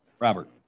Robert